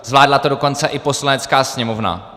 Zvládla to dokonce i Poslanecká sněmovna.